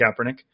Kaepernick